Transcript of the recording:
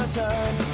time